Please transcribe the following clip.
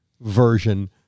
version